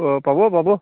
অঁ পাব পাব